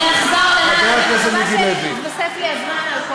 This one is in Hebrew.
אני אחזור, אבל אני מקווה שיתווסף לי הזמן.